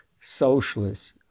socialist